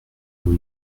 nous